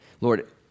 Lord